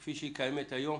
כפי שהיא קיימת היום